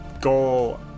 goal